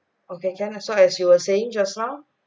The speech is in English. okay can ah so as you were saying just now